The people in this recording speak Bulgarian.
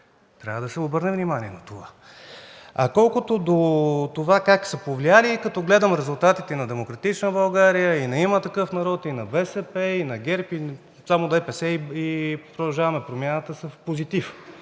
Трябва да се обърне внимание на това. А колкото до това как са повлияли, като гледам резултатите и на „Демократична България“, и на „Има такъв народ“, и на БСП, и на ГЕРБ, само ДПС и „Продължаваме Промяната“ са в позитив,